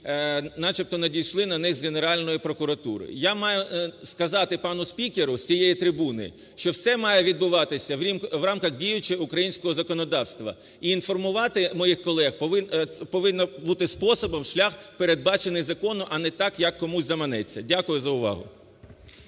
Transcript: які начебто надійшли на них з Генеральної прокуратури. Я маю сказати пану спікеру з цієї трибуни, що все має відбуватися в рамках діючого українського законодавства, і інформувати моїх колег повинно бути способом, в шлях, передбачений законом, а не так, як комусь заманеться. Дякую за увагу.